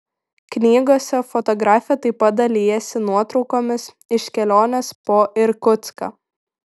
knygose fotografė taip pat dalijasi nuotraukomis iš kelionės po irkutską